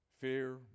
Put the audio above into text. Fear